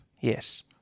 Yes